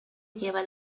lleva